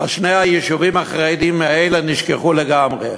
שני היישובים החרדיים האלה נשכחו לגמרי: